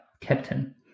captain